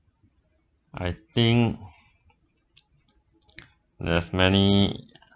I think there's many